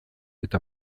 eta